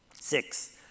six